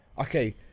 okay